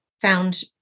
found